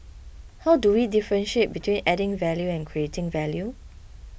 how do we differentiate between adding value and creating value